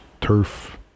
turf